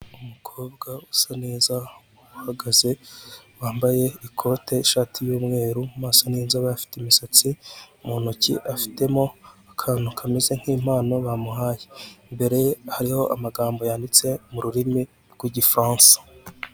Umukobwa usa neza uhagaze wambaye ikote n'ishati y'umweru mu maso n'inzobe afite imisatsi mu ntoki afitemo akantu kameze nk'impano bamuhaye, mbere ye hariho amagambo yanditse m'ururimi rw'igifaransa.